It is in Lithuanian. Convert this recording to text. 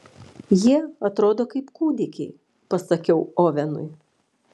jie atrodo kaip kūdikiai pasakiau ovenui